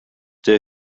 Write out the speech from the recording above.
der